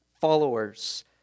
followers